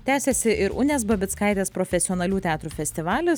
tęsiasi ir unės babickaitės profesionalių teatrų festivalis